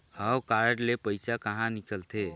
हव कारड ले पइसा कहा निकलथे?